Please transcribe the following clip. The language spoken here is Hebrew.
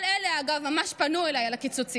כל אלה, אגב, ממש פנו אליי על הקיצוצים.